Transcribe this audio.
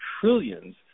trillions